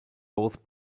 both